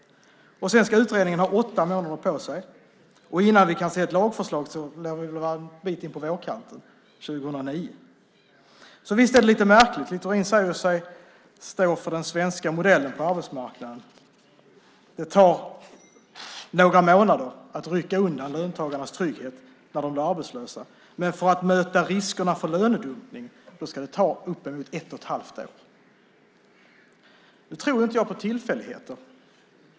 Sedan ska utredningen ha åtta månader på sig, och innan vi kan se ett lagförslag lär vi väl vara en bit in på vårkanten 2009. Så visst är det lite märkligt. Littorin säger sig stå för den svenska modellen på arbetsmarknaden. Det tar några månader att rycka undan löntagarnas trygghet när de blir arbetslösa. Men för att möta riskerna för lönedumpning ska det ta upp emot ett och ett halvt år. Nu tror inte jag på tillfälligheter.